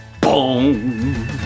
Boom